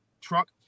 truck